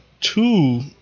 two